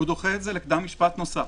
הוא דוחה את זה לקדם משפט נוסף,